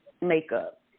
makeup